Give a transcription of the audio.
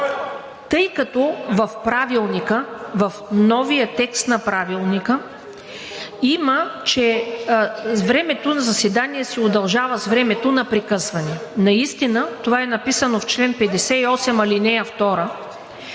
тъй като в Правилника, в новия текст на Правилника, има, че времето на заседанието се удължава с времето на прекъсване. Наистина това е написано в чл. 58, ал. 2,